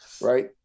right